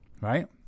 Right